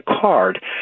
card